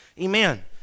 Amen